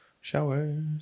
Showers